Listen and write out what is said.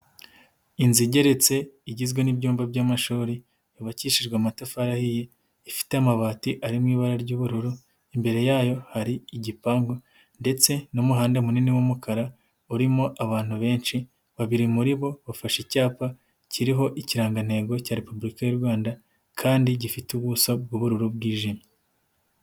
Inzu igeretse, igizwe n'ibyumba by'amashuri, yubakishijwe amatafari ahiye, ifite amabati ari mu ibara ry'ubururu, imbere yayo hari igipangu ndetse n'umuhanda munini w'umukara urimo abantu benshi, babiri muri bo bafashe icyapa kiriho ikirangantego cya Repubulika y'u Rwanda kandi gifite ubuso bw'ubururu bwijimye.